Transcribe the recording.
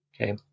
okay